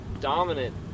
dominant